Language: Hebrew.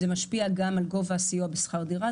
זה משפיע גם על גובה הסיוע בשכר דירה,